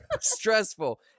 stressful